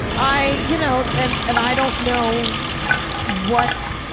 i, you know, and and i don't know what,